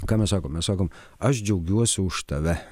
ką mes sakom mes sakom aš džiaugiuosi už tave